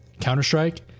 Counter-Strike